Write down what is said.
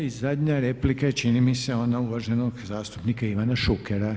I zadnja replika je čini mi se ona uvaženog zastupnika Ivana Šukera.